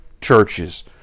churches